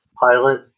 pilot